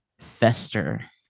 Fester